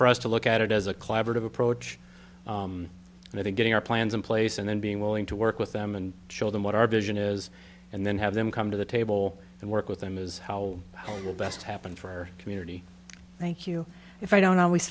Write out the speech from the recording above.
for us to look at it as a collaborative approach and i think getting our plans in place and then being willing to work with them and show them what our vision is and then have them come to the table all the work with them is how the best happen for community thank you if i don't always